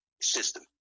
system